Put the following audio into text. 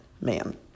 man